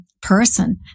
person